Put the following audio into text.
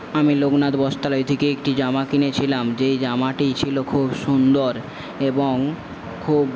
আমি লোকনাথ বস্ত্রালয় থেকে একটি জামা কিনেছিলাম যেই জামাটি ছিল খুব সুন্দর এবং খুব